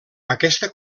aquesta